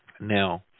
Now